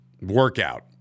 workout